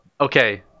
okay